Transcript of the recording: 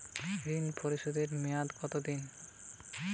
ঋণ পরিশোধের মেয়াদ কত দিন?